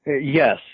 Yes